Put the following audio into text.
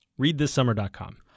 Readthissummer.com